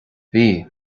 bhí